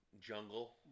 jungle